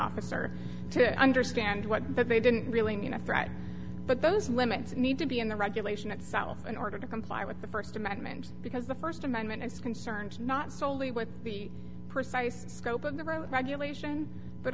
officer to understand what that they didn't really mean a threat but those limits need to be in the regulation itself in order to comply with the first amendment because the first amendment is concerned not solely with the precise scope of the rules regulation but